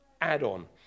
add-on